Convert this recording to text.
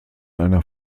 einer